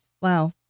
Wow